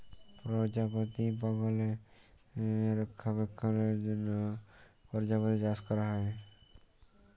পরজাপতি বাগালে রক্ষলাবেক্ষলের জ্যনহ পরজাপতি চাষ ক্যরা হ্যয়